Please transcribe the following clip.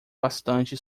bastante